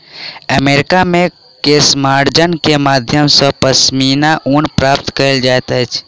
America मे केशमार्जनी के माध्यम सॅ पश्मीना ऊन प्राप्त कयल जाइत अछि